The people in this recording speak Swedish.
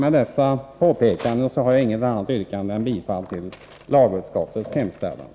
Med dessa påpekanden yrkar jag bifall till lagutskottets hemställan.